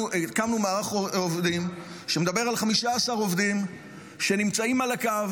הקמנו מערך עובדים שמדבר על 15 עובדים שנמצאים על הקו